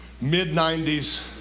mid-90s